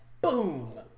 boom